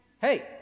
Hey